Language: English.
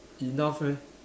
enough meh